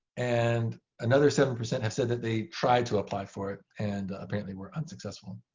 and another seven percent have said that they tried to apply for it and apparently were unsuccessful.